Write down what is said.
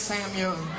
Samuel